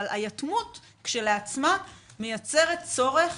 אבל היתמות כשלעצמה מייצרת צורך